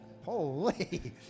Holy